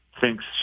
thinks